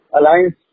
alliance